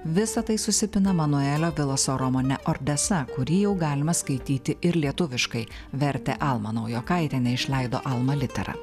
visa tai susipina manuelio biloso romane ordesa kurį jau galima skaityti ir lietuviškai vertė alma naujokaitienė išleido alma litera